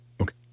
Okay